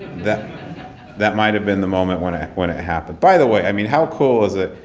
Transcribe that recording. that that might have been the moment when i when it happened. by the way, i mean how cool is it,